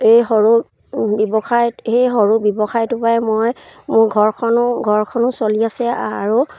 এই সৰু ব্যৱসায়ত সেই সৰু ব্যৱসায়টোৰ পৰাই মই মোৰ ঘৰখনো ঘৰখনো চলি আছে আৰু